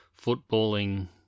footballing